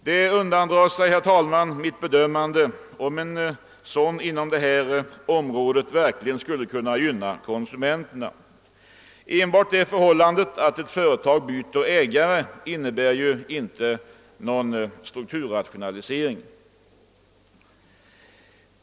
Det undandrar sig mitt bedömande, om en sådan inom detta område gynnar konsumenterna. Enbart det förhållandet att ett företag byter ägare innebär ju inte någon strukturrationalisering.